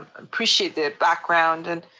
appreciate the background, and